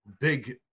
Big